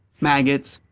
maggots,